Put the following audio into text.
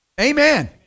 Amen